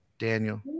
Daniel